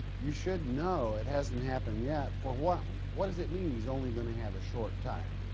you should know it hasn't happened yet, for what what does it mean he's only gonna have a short time?